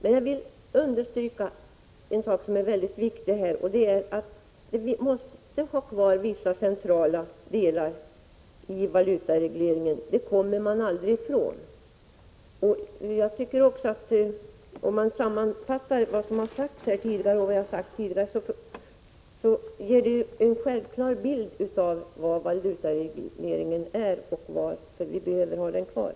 En sak som är viktig i sammanhanget och som jag också vill understryka är att vi måste ha kvar vissa centrala delar av valutaregleringen. Det kommer vi aldrig ifrån. Om man sammanfattar vad som har sagts här i dag får man en självklar bild av vad valutaregleringen är och varför vi behöver ha den kvar.